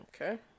Okay